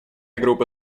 группа